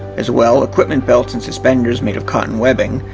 as well equipment belts and suspenders made of cotton webbing,